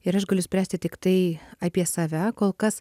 ir aš galiu spręsti tiktai apie save kol kas